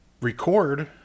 record